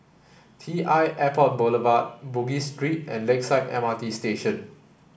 T I Airport Boulevard Bugis Street and Lakeside M R T Station